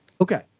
Okay